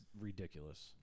ridiculous